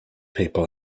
people